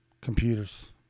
Computers